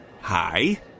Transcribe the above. Hi